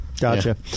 Gotcha